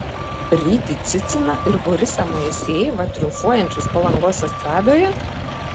rytį ciciną ar borisą moisejevą triumfuojančius palangos estradoje